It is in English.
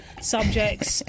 subjects